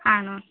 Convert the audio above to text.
ആണോ